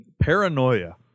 paranoia